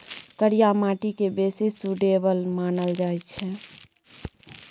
करिया माटि केँ बेसी सुटेबल मानल जाइ छै